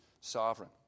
sovereign